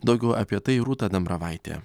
daugiau apie tai rūta dambravaitė